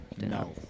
No